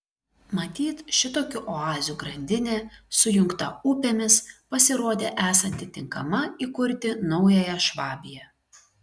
matyt šitokių oazių grandinė sujungta upėmis pasirodė esanti tinkama įkurti naująją švabiją